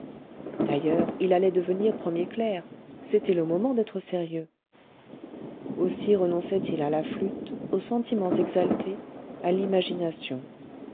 d'ailleurs il allait devenir premier clerc c'était le moment d'être sérieux aussi renonçait il à la flûte aux sentiments exaltés à l'imagination